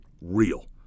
real